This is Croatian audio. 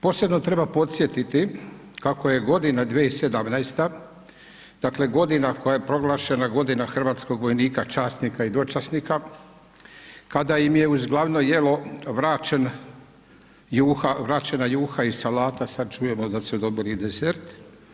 Posebno treba podsjetiti kako je godina 2017., dakle godina koja je proglašena godina hrvatskog vojnika, časnika i dočasnika, kada im je uz glavno jelo vraćena juha i salata, sada čujemo da su dobili i desert.